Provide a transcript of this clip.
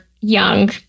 young